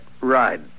ride